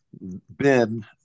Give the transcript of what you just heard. Ben